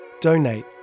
Donate